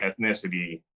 ethnicity